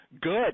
good